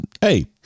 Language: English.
hey